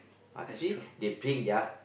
ah see they pink their